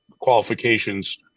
qualifications